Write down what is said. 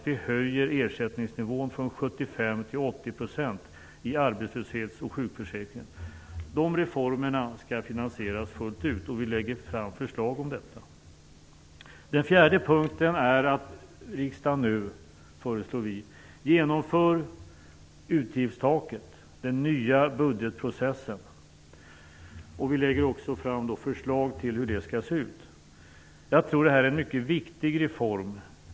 Vi höjer ersättningsnivån från 75 % till Dessa reformer skall finansieras fullt ut, och vi lägger fram förslag om detta. 4. Vi föreslår att riksdagen nu inför utgiftstaket, den nya budgetprocessen. Vi lägger också fram förslag till hur det skall se ut. Jag tror att det här är en mycket viktig reform.